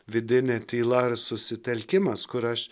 vidinė tyla ir susitelkimas kur aš